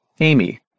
Amy